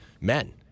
men